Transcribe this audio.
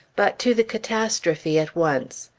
but to the catastrophe at once.